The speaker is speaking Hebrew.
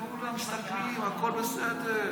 כולם מסתכלים, הכול בסדר.